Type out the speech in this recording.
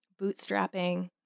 bootstrapping